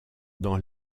dans